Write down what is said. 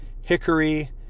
hickory